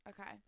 okay